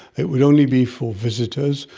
it would only be for visitors.